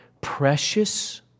precious